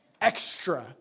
extra